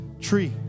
tree